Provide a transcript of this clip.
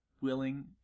willing